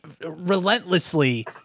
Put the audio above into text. relentlessly